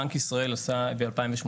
בנק ישראל עשה תוכנית ב-2018,